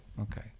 okay